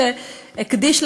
איש שהקדיש,